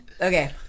Okay